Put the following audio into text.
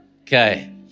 Okay